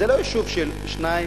זה לא יישוב של שניים,